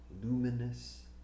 luminous